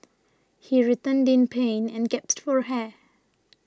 he writhed in pain and gasped for air